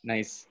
Nice